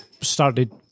started